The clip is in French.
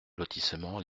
lotissement